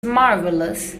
marvelous